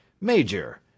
Major